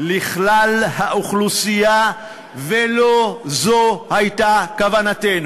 לכלל האוכלוסייה, ולא זו הייתה כוונתנו.